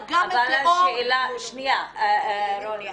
פגע מטאור --- רוני,